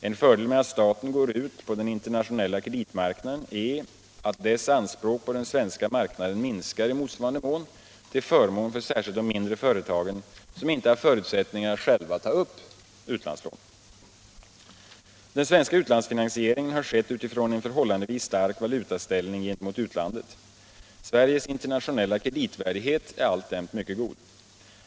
En fördel med att staten går ut på den internationella kreditmarknaden är att dess anspråk på den svenska marknaden minskar i motsvarande mån till förmån för särskilt de mindre företagen, som inte har förutsättningar att själva ta upp utlandslån. Den svenska utlandsfinansieringen har skett utifrån en förhållandevis stark valutaställning gentemot utlandet. Sveriges internationella kreditvärdighet är alltjämt mycket god.